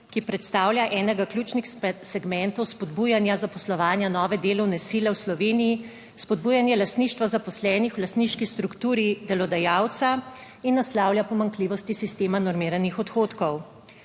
ki predstavlja enega ključnih segmentov spodbujanja zaposlovanja nove delovne sile v Sloveniji, spodbujanja lastništva zaposlenih v lastniški strukturi delodajalca in naslavlja pomanjkljivosti sistema normiranih odhodkov.